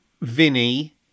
Vinny